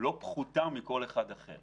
לא פחותה מכל אחד אחר